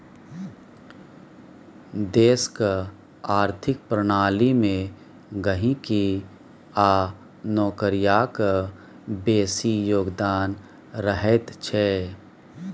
देशक आर्थिक प्रणाली मे गहिंकी आ नौकरियाक बेसी योगदान रहैत छै